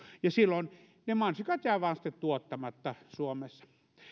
silloin ne mansikat jäävät vain sitten tuottamatta suomessa